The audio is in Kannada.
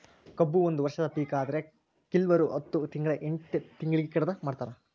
ಕಬ್ಬು ಒಂದ ವರ್ಷದ ಪಿಕ ಆದ್ರೆ ಕಿಲ್ವರು ಹತ್ತ ತಿಂಗ್ಳಾ ಎಂಟ್ ತಿಂಗ್ಳಿಗೆ ಕಡದ ಮಾರ್ತಾರ್